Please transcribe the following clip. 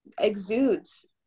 exudes